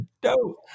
dope